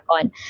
on